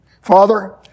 Father